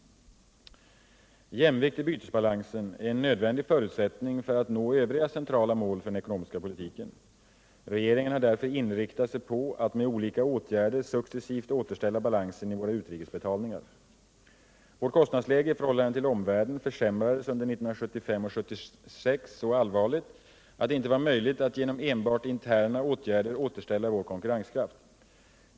Jämvikt i bytesbalansen är en nödvändig förutsättning för att nå övriga centrala mål för den ekonomiska politiken. Regeringen har därför inriktat sig på att med olika åtgärder successivt återställa balansen i våra utrikesbetalningar. Vårt kostnadsläge i förhållande till omvärlden försämrades under 1975 och 1976 så allvarligt att det inte var möjligt att genom enbart interna åtgärder återställa vår konkurrenskraft.